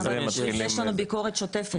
מתחיל- יש שם ביקורת שוטפת.